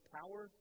power